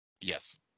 Yes